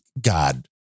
God